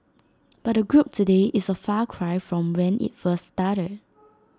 but the group today is A far cry from when IT first started